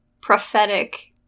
prophetic